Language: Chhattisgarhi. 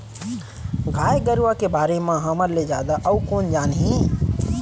गाय गरूवा के बारे म हमर ले जादा अउ कोन जानही